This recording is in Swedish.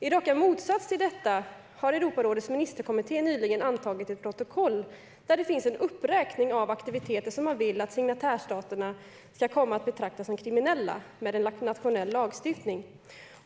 I rak motsats till detta har Europarådets ministerkommitté nyligen antagit ett protokoll där det finns en uppräkning av aktiviteter som man vill att signatärstaterna ska komma att betrakta som kriminella med en nationell lagstiftning.